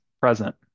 present